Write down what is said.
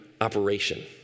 operation